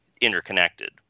interconnected